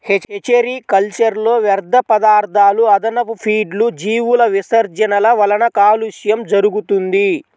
hatchery కల్చర్లో వ్యర్థపదార్థాలు, అదనపు ఫీడ్లు, జీవుల విసర్జనల వలన కాలుష్యం జరుగుతుంది